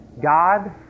God